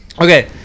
okay